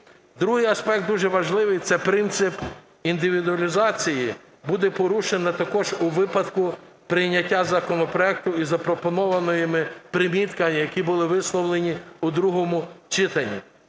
Другий аспект, дуже важливий - це принцип індивідуалізації, буде порушений також у випадку прийняття законопроекту, і запропонованими примітками, які були висловлені у другому читанні.